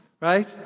Right